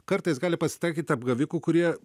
kartais gali pasitaikyti apgavikų kurie